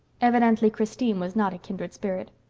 evidently christine was not a kindred spirit.